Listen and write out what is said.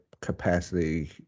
capacity